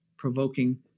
provoking